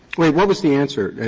what was the answer?